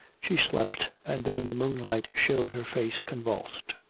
she slept, and then the moonlight showed her face convulsed.